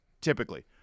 Typically